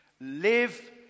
Live